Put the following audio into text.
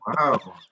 Wow